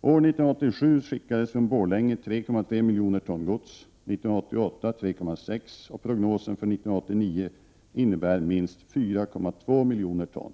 År 1987 skickades från Borlänge 3,3 milj. ton gods, år 1988 skickades 3,6 och prognosen för år 1989 innebär minst 4,2 milj. ton.